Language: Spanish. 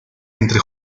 entre